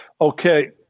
Okay